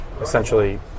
essentially